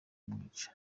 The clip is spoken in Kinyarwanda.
kumwica